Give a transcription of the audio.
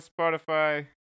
Spotify